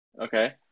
Okay